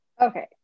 Okay